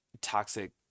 toxic